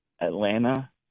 Atlanta